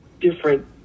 different